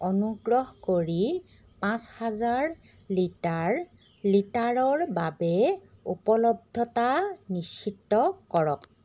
অনুগ্ৰহ কৰি পাঁচ হাজাৰ লিটাৰ লিটাৰৰ বাবে উপলব্ধতা নিশ্চিত কৰক